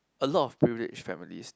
a lot of privilege families